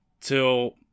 till